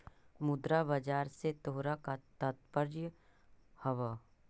मुद्रा बाजार से तोहरा का तात्पर्य हवअ